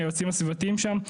היועצים הסביבתיים שם,